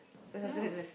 no